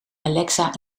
alexa